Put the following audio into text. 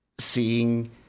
seeing